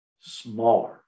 smaller